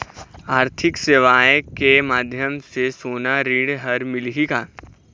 आरथिक सेवाएँ के माध्यम से सोना ऋण हर मिलही का?